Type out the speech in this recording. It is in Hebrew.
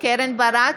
קרן ברק,